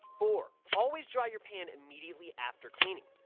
four. always dry your pan immediately after cleaning.